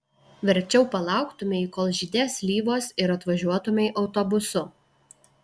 verčiau palauktumei kol žydės slyvos ir atvažiuotumei autobusu